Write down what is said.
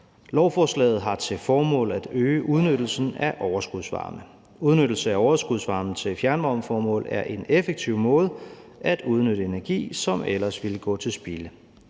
Lovforslaget har til formål at øge udnyttelsen af overskudsvarme. Udnyttelsen af overskudsvarmen til fjernvarmeformål er en effektiv måde til at udnytte energi, som ellers ville gå til spilde.